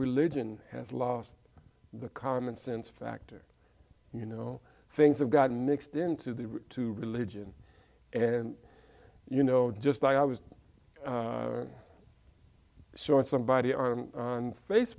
religion has lost the common sense factor you know things have gotten mixed into the religion and you know just like i was short somebody on